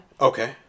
Okay